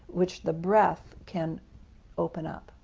which the breath can open up.